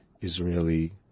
Israeli